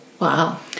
Wow